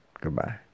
Goodbye